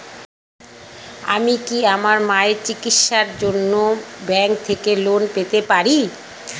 আমি কি আমার মায়ের চিকিত্সায়ের জন্য ব্যঙ্ক থেকে লোন পেতে পারি?